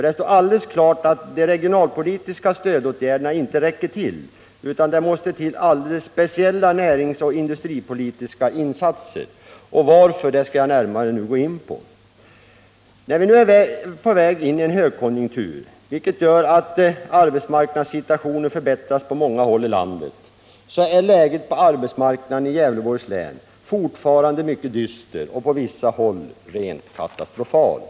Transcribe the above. Det står nämligen klart att de regionalpolitiska stödåtgärderna inte räcker till utan att det måste till alldeles speciella näringsoch industripolitiska insatser. Anledningen till det skall jag närmare gå in på. Vi är nu på väg in i en högkonjunktur, vilket gör att arbetsmarknadssituationen förbättras på många håll i landet. Men läget på arbetsmarknaden i Gävleborgs län är fortfarande mycket dystert och på vissa håll rent katastrofalt.